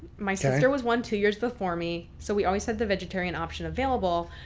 my sister was one, two years before me. so we always had the vegetarian option available.